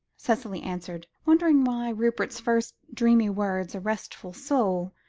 cicely answered, wondering why rupert's first dreamy words a restful soul,